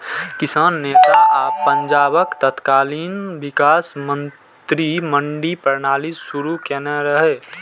किसान नेता आ पंजाबक तत्कालीन विकास मंत्री मंडी प्रणाली शुरू केने रहै